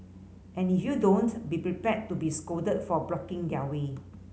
and if you don't be prepared to be scolded for blocking their way